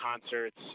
concerts